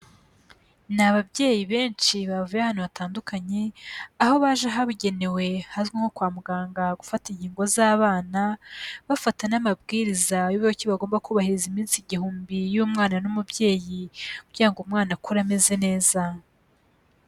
Ni ababyeyi benshi bavuye ahantu hatandukanye aho baje ahabugenewe hazwi nko kwa muganga gufata inkinngo z'abana, bafata n'amabwiriza y'uburyo ki bagomba kubahiriza iminsi igihumbi y'umwana n'umubyeyi kugira ngo umwana akure ameze neza.